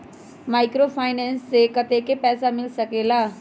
Microfinance से कतेक पैसा मिल सकले ला?